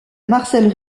marcel